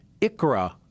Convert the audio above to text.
Ikra